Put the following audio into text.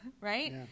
right